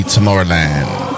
Tomorrowland